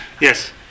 Yes